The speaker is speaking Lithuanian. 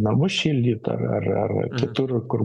namus šildyt ar ar kitur kur